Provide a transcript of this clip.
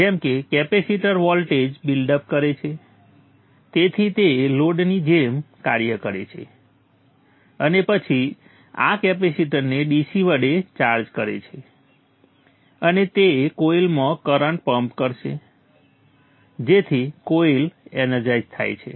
જેમ કે capacitor voltage build up કરે છે તેથી તે લોડની જેમ કાર્ય કરે છે અને પછી આ કેપેસિટરને DC વડે ચાર્જ કરે છે અને તે કોઇલમાં કરંટ પમ્પ કરશે જેથી કોઇલ એનર્જાઇઝ થાય છે